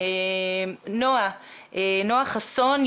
נועה חסון,